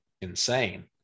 insane